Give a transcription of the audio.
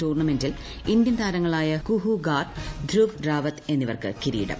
ടൂർണമെന്റിൽ ഇന്ത്യൻ താരങ്ങളായ കുഹു ഗാർഗ് ധ്രൂവ് റാവത്ത് എന്നിവർക്ക് കിരീടം